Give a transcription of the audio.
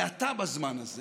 ואתה בזמן הזה